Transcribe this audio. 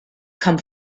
come